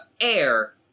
Air